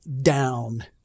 down